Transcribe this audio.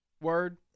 word